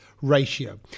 ratio